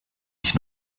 ich